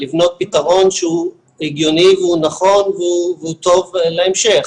לבנות פתרון שהוא הגיוני והוא נכון והוא טוב להמשך.